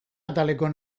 ataleko